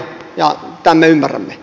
tämän me ymmärrämme